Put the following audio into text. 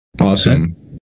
Awesome